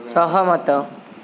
ସହମତ